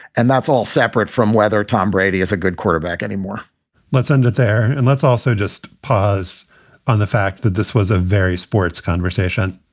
and that's all separate from whether tom brady is a good quarterback anymore let's end it there. and let's also just pause on the fact that this was a very sports conversation.